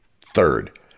Third